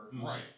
Right